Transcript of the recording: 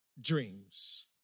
dreams